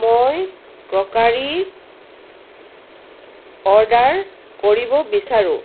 মই crockery order কৰিব বিচাৰোঁ